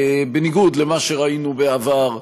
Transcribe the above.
בניגוד למה שראינו בעבר,